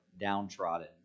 downtrodden